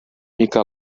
mica